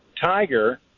Tiger